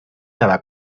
cada